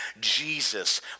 Jesus